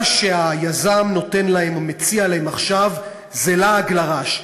מה שהיזם נותן להם או מציע להם עכשיו זה לעג לרש.